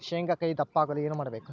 ಶೇಂಗಾಕಾಯಿ ದಪ್ಪ ಆಗಲು ಏನು ಮಾಡಬೇಕು?